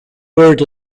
bird